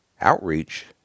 outreach